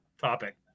topic